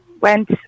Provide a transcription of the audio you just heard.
went